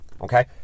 okay